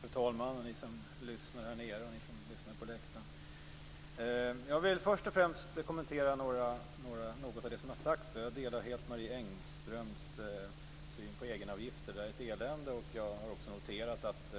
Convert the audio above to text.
Fru talman, ni som lyssnar här i kammaren och ni som lyssnar på läktaren! Jag vill först och främst kommentera något av det som har sagts. Jag delar helt Marie Engströms syn på egenavgifter. Det är ett elände. Jag har också noterat att